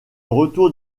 retour